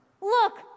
Look